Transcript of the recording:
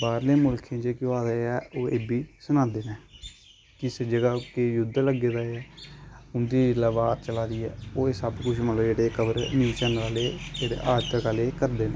बाह्रले मुल्खें च केह् होआ दा ऐ ओह् एह् बी सनांदे न किस जगह केह् युद्ध लग्गे दा ऐ उं'दी इसलै वार चला दी ऐ ओह् एह् सब कुछ मतलब एह् जेह्ड़ा कवर न्यूज चैनल आह्ले जेह्ड़े आजतक आह्ले करदे न